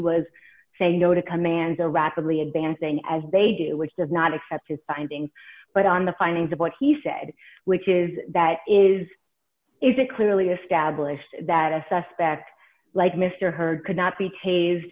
was saying no to commands or rapidly advancing as they do which does not accept his findings but on the findings of what he said which is that is is it clearly established that a suspect like mr hurd could not be tave